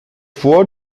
vor